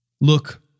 Look